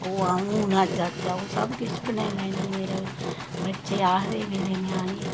ते ओह् आउं अज्ज आउं सब केश बनाई लैनी मेरे बच्चे आखदे मेरे न्याणें